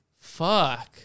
Fuck